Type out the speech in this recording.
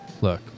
look